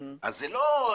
אז זה לא,